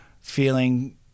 feeling